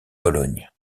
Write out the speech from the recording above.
pologne